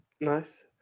Nice